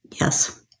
Yes